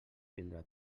tindrà